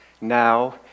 Now